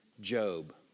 Job